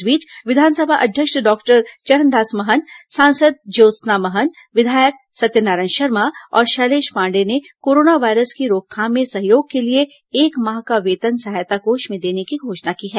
इस बीच विधानसभा अध्यक्ष डॉक्टर चरणदास महंत सांसद ज्योत्सना महंत विधायक सत्यनारायण शर्मा और शैलेष पांडेय ने कोरोना वायरस की रोकथाम में सहयोग के लिए एक माह का वेतन सहायता कोष में देने की घोषणा की है